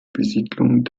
besiedlung